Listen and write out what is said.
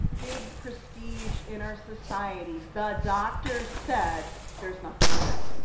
big prestige in our society, the doctor said there's nothing there.